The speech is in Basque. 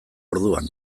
orduan